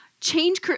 Change